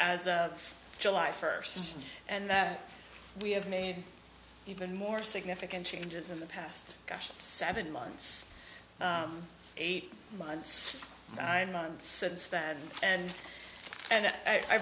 as of july first and that we have made even more significant changes in the past seven months eight months nine months since that and and i